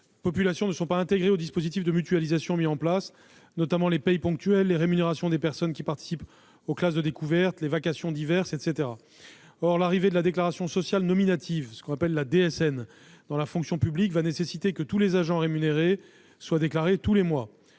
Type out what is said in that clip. rémunérations ne sont pas intégrées au dispositif de mutualisation mis en place, notamment les paies ponctuelles, les rémunérations des personnes qui participent aux classes de découverte, les vacations diverses, etc. Or l'arrivée de la déclaration sociale nominative, la DSN, dans la fonction publique va nécessiter que tous les agents rémunérés soient déclarés tous les mois.